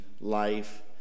life